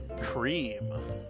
cream